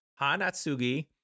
Hanatsugi